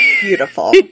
beautiful